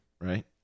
Right